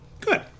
good